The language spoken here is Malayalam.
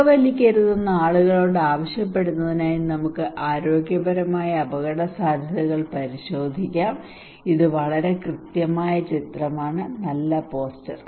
പുകവലിക്കരുതെന്ന് ആളുകളോട് ആവശ്യപ്പെടുന്നതിനായി നമുക്ക് ആരോഗ്യപരമായ അപകടസാധ്യതകൾ പരിശോധിക്കാം ഇത് വളരെ കൃത്യമായ ചിത്രമാണ് നല്ല പോസ്റ്റർ